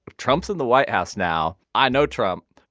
trump's in the white house now. i know trump.